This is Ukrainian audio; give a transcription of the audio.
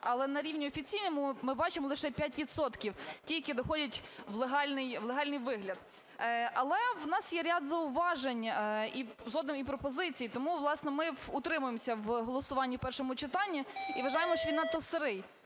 але на рівні офіційному ми бачимо лише 5 відсотків, ті, які доходять в легальний вигляд. Але у нас є ряд зауважень і жодної пропозиції. Тому, власне, ми утримуємось в голосуванні в першому читанні. І вважаємо, що він надто "сирий".